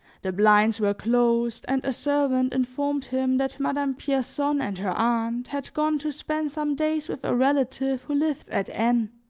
the blinds were closed, and a servant informed him that madame pierson and her aunt had gone to spend some days with a relative who lived at n,